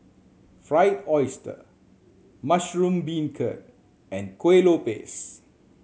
Fried Oyster mushroom beancurd and Kuih Lopes